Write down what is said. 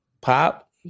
Pop